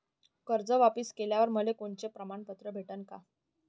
कर्ज वापिस केल्यावर मले कोनचे प्रमाणपत्र भेटन का?